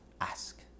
ask